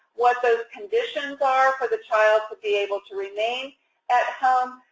what those conditions are for the child to be able to remain at home.